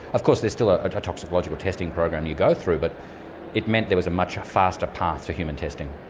of course there's still ah a toxicological testing program you go through but it meant there was a much faster path to human testing.